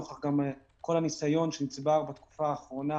נוכח כל הניסיון שנצבר בתקופה האחרונה